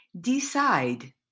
Decide